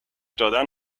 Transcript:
دادن